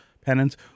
penance